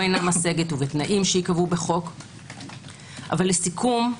אינה משגת ובתנאים שייקבעו בחוק אבל לסיכום,